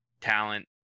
talent